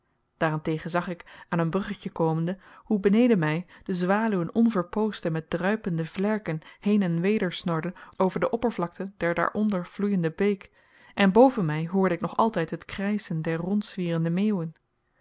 daar-en-tegen zag ik aan een bruggetje komende hoe beneden mij de zwaluwen onverpoosd en met druipende vlerken heen en weder snorden over de oppervlakte der daaronder vloeiende beek en boven mij hoorde ik nog altijd het krijschen der rondzwierende meeuwen